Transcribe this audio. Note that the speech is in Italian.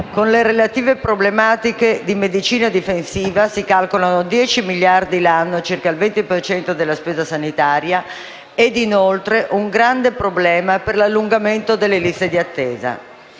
per le relative problematiche di medicina difensiva si calcolano circa dieci miliardi l'anno, circa il 20 per cento della spesa sanitaria, e vi è inoltre un grande problema per l'allungamento delle liste di attesa.